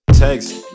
Text